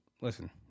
listen